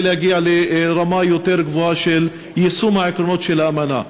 להגיע לרמה יותר גבוהה של יישום עקרונות האמנה.